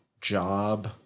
job